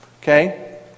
Okay